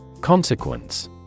Consequence